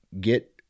get